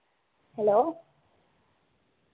hello